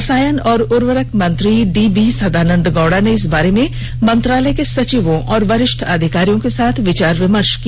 रसायन और उर्वरक मंत्री डी बी सदानंद गौड़ा ने इस बारे में मंत्रालय के सचिवों और वरिष्ठ अधिकारियों के साथ विचार विमर्श किया